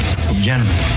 Gentlemen